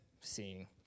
seeing